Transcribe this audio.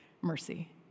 Mercy